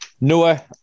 Noah